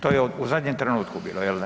To je u zadnjem trenutku bilo jel'da?